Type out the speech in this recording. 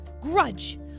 grudge